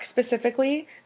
specifically